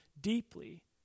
deeply